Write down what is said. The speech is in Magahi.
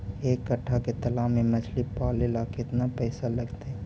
एक कट्ठा के तालाब में मछली पाले ल केतना पैसा लगतै?